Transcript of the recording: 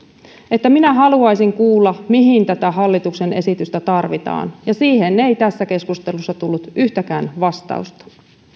että minä haluaisin kuulla mihin tätä hallituksen esitystä tarvitaan ja siihen ei tässä keskustelussa tullut yhtäkään vastausta